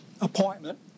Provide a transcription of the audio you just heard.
appointment